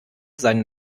seinen